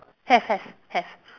have have have